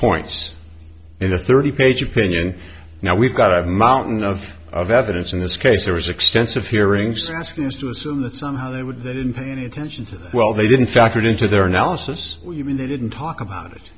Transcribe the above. point in the thirty page opinion now we've got to have a mountain of evidence in this case there was extensive hearings asking us to assume that somehow they would they didn't pay any attention to well they didn't factor it into their analysis even they didn't talk about it